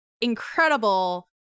incredible